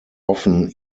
often